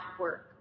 work